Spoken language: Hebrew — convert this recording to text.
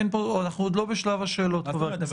אנחנו עוד לא בשלב השאלות, חבר הכנסת גפני.